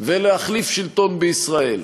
ולהחליף שלטון בישראל,